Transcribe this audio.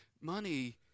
money